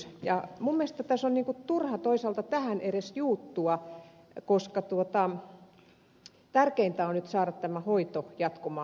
minun mielestäni tässä on toisaalta turha tähän edes juuttua koska tärkeintä on nyt saada tämä hoito jatkumaan